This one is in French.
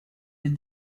des